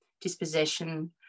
dispossession